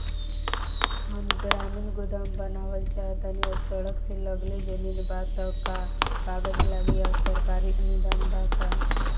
हम ग्रामीण गोदाम बनावल चाहतानी और सड़क से लगले जमीन बा त का कागज लागी आ सरकारी अनुदान बा का?